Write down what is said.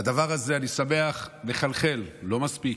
והדבר הזה, אני שמח, מחלחל, לא מספיק,